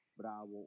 Bravo